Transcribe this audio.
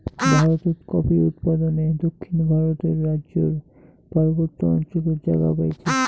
ভারতত কফি উৎপাদনে দক্ষিণ ভারতর রাইজ্যর পার্বত্য অঞ্চলত জাগা পাইছে